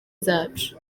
zacu